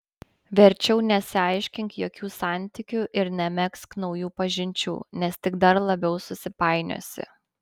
verčiau nesiaiškink jokių santykių ir nemegzk naujų pažinčių nes tik dar labiau susipainiosi